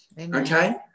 Okay